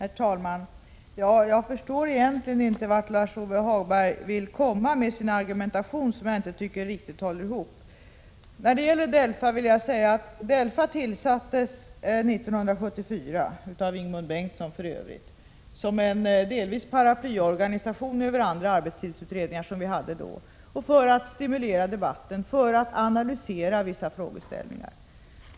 Herr talman! Jag förstår egentligen inte vart Lars-Ove Hagberg vill komma med sin argumentation, som jag inte tycker riktigt håller ihop. Beträffande DELFA vill jag säga att DELFA tillsattes 1974 — för övrigt av Ingemund Bengtsson — delvis för att vara en paraplyorganisation över andra arbetstidsutredningar som vi hade då samt för att stimulera debatten och analysera vissa frågeställningar.